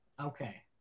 okay